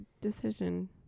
decision